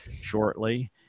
shortly